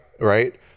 right